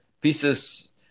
pieces